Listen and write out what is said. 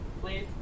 please